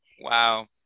Wow